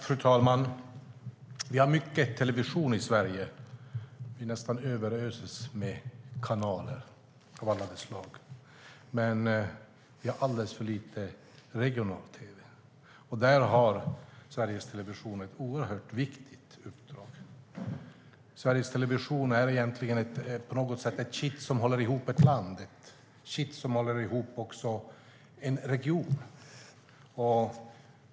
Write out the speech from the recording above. Fru talman! Vi har mycket television i Sverige. Vi överöses nästan med kanaler av alla de slag. Men vi har alldeles för lite regional tv. Där har Sveriges Television ett oerhört viktigt uppdrag. Sveriges Television är på något sätt ett kitt som håller ihop ett land och ett kitt som också håller ihop en region.